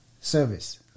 service